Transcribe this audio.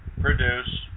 produce